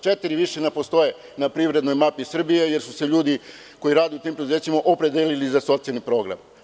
Četiri više ne postoje na privrednoj mapi Srbije, jer su se ljudi koji rade u tim preduzećima opredelili za socijalni program.